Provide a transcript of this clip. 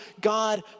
God